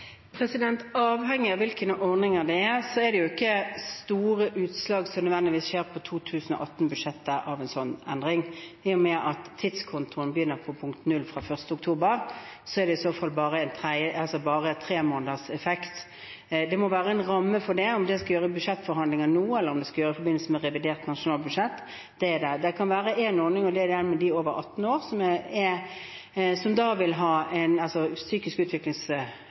Avhengig av hvilke ordninger det er, blir det ikke nødvendigvis store utslag på 2018-budsjettet av en slik endring. I og med at tidskontoen begynner på punkt null fra 1. oktober, er det i så fall bare en tremånederseffekt. Det må være en ramme for det. Spørsmålet er om det skal gjøres i budsjettforhandlingene nå, eller om det skal gjøres i forbindelse med revidert nasjonalbudsjett. Det kan være en ordning, og det er den ordningen for dem som har en psykisk utviklingshemmet over 18 år, som ikke er en del av tidskontoordningen og begynner på nytt igjen, som kanskje vil ha en